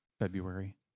february